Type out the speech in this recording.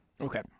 Okay